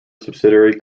subsidiary